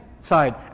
side